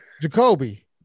Jacoby